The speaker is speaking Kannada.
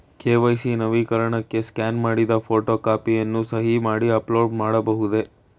ಕೆ.ವೈ.ಸಿ ನವೀಕರಣಕ್ಕೆ ಸ್ಕ್ಯಾನ್ ಮಾಡಿದ ಫೋಟೋ ಕಾಪಿಯನ್ನು ಸಹಿ ಮಾಡಿ ಅಪ್ಲೋಡ್ ಮಾಡಬಹುದೇ?